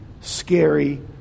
scary